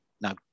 now